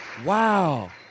Wow